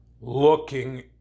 looking